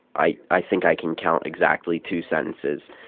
i i think i can count exactly two sentences.